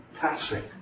passing